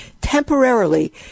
temporarily